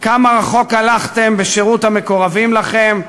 כמה רחוק הלכתם בשירות המקורבים לכם,